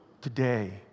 Today